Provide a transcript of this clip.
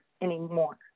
anymore